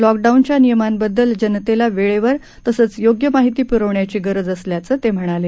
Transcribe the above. लॉकडाऊनच्या नियमांबद्दल जनतेला वेळेवर तसंच योग्य माहिती पुरवण्याची गरज असल्याचंही ते म्हणाले